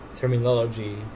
terminology